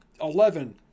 eleven